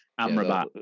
Amrabat